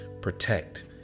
Protect